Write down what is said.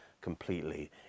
completely